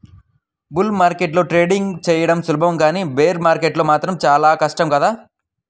bull మార్కెట్లో trading చెయ్యడం సులభం కానీ బేర్ మార్కెట్లో మాత్రం చానా కష్టం కదా